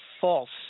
false